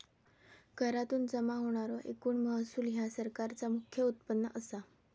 करातुन जमा होणारो एकूण महसूल ह्या सरकारचा मुख्य उत्पन्न असा